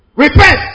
Repent